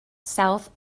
south